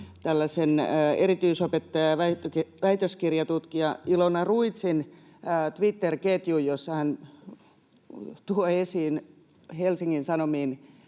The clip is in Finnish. erityisopettaja, väitöskirjatutkija Ilona Ruizin Twitter-ketjun, jossa hän tuo esiin Helsingin Sanomiin